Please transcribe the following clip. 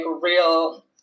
real